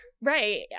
right